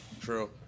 True